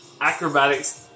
acrobatics